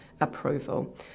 approval